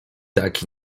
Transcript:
tak